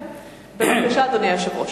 בבקשה, אדוני היושב-ראש.